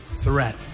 threat